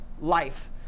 life